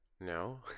No